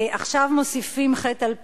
ועכשיו מוסיפים חטא על פשע,